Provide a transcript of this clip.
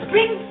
Bring